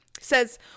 Says